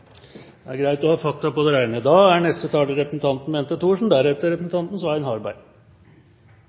Det er greit å ha fakta på det rene. Det er